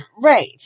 right